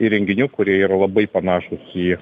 įrenginių kurie yra labai panašūs į